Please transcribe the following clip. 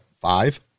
five